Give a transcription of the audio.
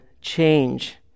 change